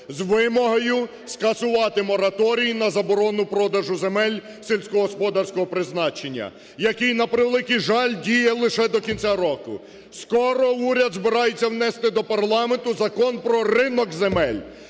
з вимогою скасувати мораторій на заборону продажу земель сільськогосподарського призначення, який, на превеликий жаль, діє лише до кінця року. Скоро уряд збирається внести до парламенту Закон про ринок земель,